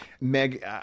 Meg